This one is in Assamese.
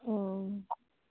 অঁ